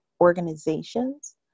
organizations